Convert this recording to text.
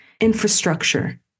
infrastructure